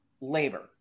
labor